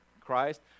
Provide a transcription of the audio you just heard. Christ